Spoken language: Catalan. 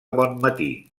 bonmatí